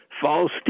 false